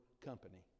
company